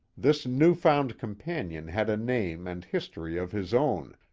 this new found companion had a name and history of his own,